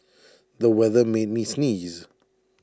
the weather made me sneeze